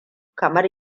kamar